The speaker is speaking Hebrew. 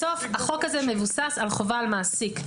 בסוף החוק הזה מבוסס על חובה על מעסיק.